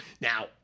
now